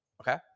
Okay